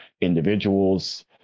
individuals